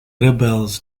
rebels